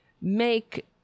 make